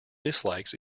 dislikes